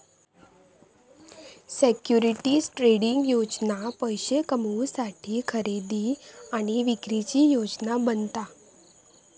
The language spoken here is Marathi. सिक्युरिटीज ट्रेडिंग योजना पैशे कमवुसाठी खरेदी आणि विक्रीची योजना बनवता